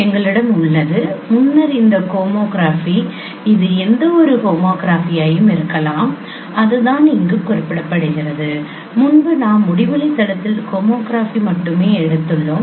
எங்களிடம் உள்ளது முன்னர் இந்த ஹோமோ கிராஃபி இது எந்தவொரு ஹோமோகிராஃபியாகவும் இருக்கலாம் அதுதான் இங்கு குறிப்பிடப்படுகிறது முன்பு நாம் முடிவிலி தளத்தில் ஹோமோகிராஃபி மட்டுமே எடுத்துள்ளோம்